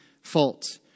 fault